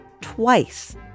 twice